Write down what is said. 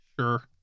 Sure